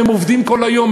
הם עובדים כל היום,